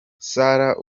sarah